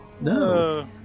No